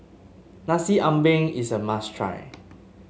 Nasi Ambeng is a must try